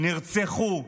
נרצחו,